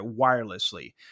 wirelessly